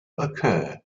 occur